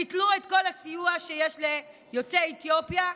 ביטלו את כל הסיוע שיש ליוצאי אתיופיה,